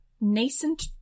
nascent